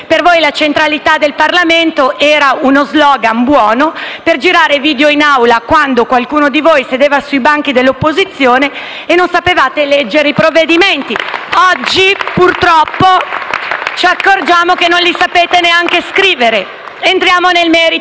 per voi la centralità del Parlamento era uno *slogan* buono per girare video in Aula quando qualcuno di voi sedeva sui banchi dell'opposizione e non sapevate leggere i provvedimenti. *(Applausi dal Gruppo PD)*. Oggi, purtroppo, ci accorgiamo che non li sapete neanche scrivere. Entriamo nel merito.